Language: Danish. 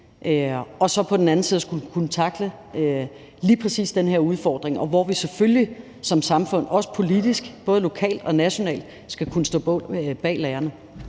og på den anden side det at skulle kunne tackle lige præcis den her udfordring, hvor vi selvfølgelig som samfund også politisk både lokalt og nationalt skal kunne stå bag lærerne.